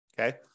Okay